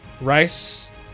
rice